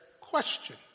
question